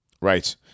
Right